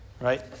Right